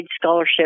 scholarship